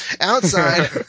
Outside